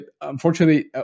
unfortunately